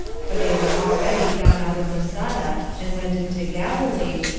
for they were already gone out of masada, and went into galilee,